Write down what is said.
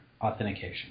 authentication